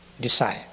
desire